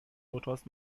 motors